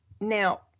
Now